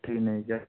ଠିକ୍ ନେଇଯାଏ